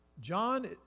John